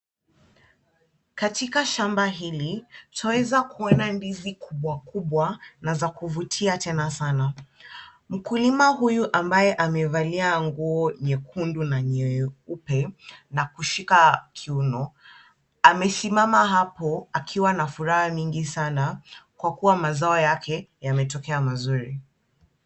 Katika shamba hili twaeza kuona ndizi kubwa kubwa na za kuvutia tena sana. Mkulima huyu ambaye amevalia nguo nyekundu na nyeupe na kushika kiuno amesimama hapo akiwa na furaha mingi sana kwa kuwa mazao yake yametokea mazuri.